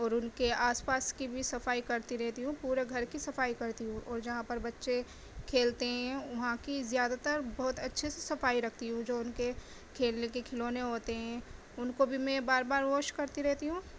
اور ان کے آس پاس کی بھی صفائی کرتی رہتی ہوں پورے گھر کی صفائی کرتی ہوں اور جہاں پر بچے کھیلتے ہیں وہاں کی زیادہ تر بہت اچھے سے صفائی رکھتی ہوں جو ان کے کھیلنے کے کھلونے ہوتے ہیں ان کو بھی میں بار بار واش کرتی رہتی ہوں